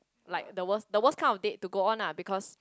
like the worst the worst kind of date to go on lah because